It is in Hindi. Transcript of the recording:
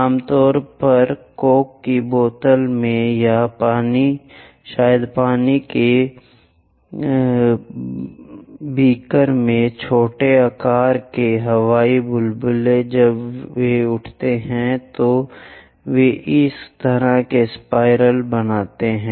आमतौर पर कोक की बोतलों में या शायद पानी के बीकर में छोटे आकार के हवाई बुलबुले जब वे उठते हैं तो वे इस तरह के सर्पिल बनाते हैं